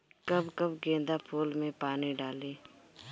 कब कब गेंदा फुल में पानी डाली?